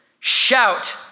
Shout